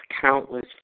countless